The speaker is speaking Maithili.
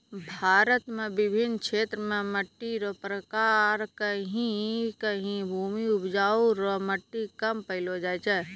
भारत मे बिभिन्न क्षेत्र मे मट्टी रो प्रकार कहीं कहीं भूमि उपजाउ रो मट्टी कम पैलो जाय छै